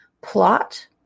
plot